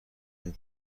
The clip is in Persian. این